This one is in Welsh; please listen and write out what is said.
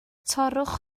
torrwch